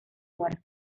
muerte